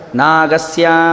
nagasya